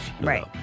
Right